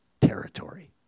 territory